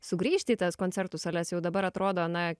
sugrįžti į tas koncertų sales jau dabar atrodo na